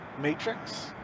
Matrix